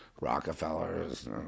Rockefellers